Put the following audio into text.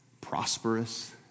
prosperous